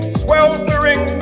sweltering